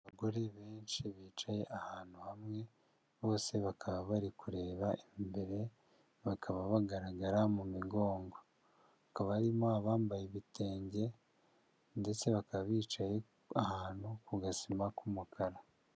Abagore benshi bicaye ahantu hamwe, bose bakaba bari kureba imbere, bakaba bagaragara mu migongo, hakaba harimo abambaye ibitenge ndetse bakaba bicaye ahantu ku gasima k'umukara.